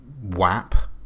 Wap